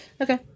Okay